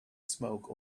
smoke